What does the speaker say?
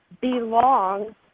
belong